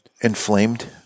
inflamed